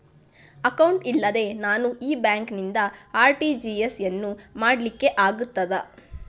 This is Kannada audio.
ಅಕೌಂಟ್ ಇಲ್ಲದೆ ನಾನು ಈ ಬ್ಯಾಂಕ್ ನಿಂದ ಆರ್.ಟಿ.ಜಿ.ಎಸ್ ಯನ್ನು ಮಾಡ್ಲಿಕೆ ಆಗುತ್ತದ?